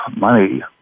money